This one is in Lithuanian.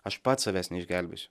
aš pats savęs neišgelbėsiu